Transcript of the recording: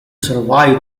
survive